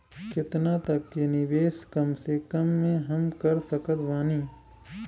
केतना तक के निवेश कम से कम मे हम कर सकत बानी?